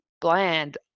bland